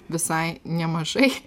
visai nemažai